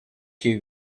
you